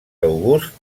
august